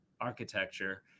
architecture